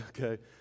okay